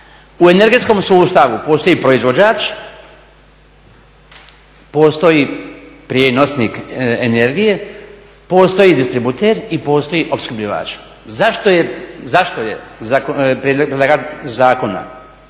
u energetskom sustavu postoji proizvođač, postoji prijenosnik energije, postoji distributer i postoji opskrbljivač. Zašto je predlagač zakona